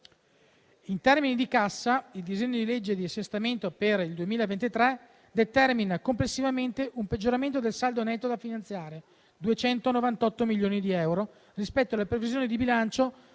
In termini di cassa, il disegno di legge di assestamento per il 2023 determina complessivamente un peggioramento del saldo netto da finanziare di 298 milioni di euro rispetto alla previsione di bilancio,